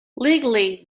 legally